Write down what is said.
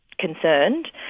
concerned